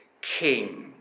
king